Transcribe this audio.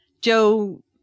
Joe